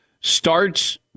starts